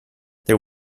there